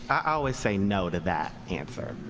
i always say no to that answer.